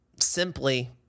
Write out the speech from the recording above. simply